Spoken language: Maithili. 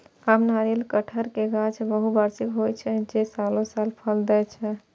आम, नारियल, कहटर के गाछ बहुवार्षिक होइ छै, जे सालों साल फल दै छै